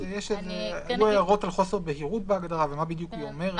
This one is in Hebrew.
יש הערות על חוסר בהירות בהגדרה, ומה היא אומרת.